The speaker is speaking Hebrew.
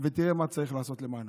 ותראה מה צריך לעשות למענם.